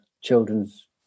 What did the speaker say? children's